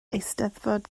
eisteddfod